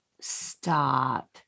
stop